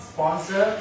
Sponsor